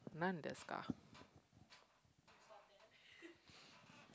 nandesuka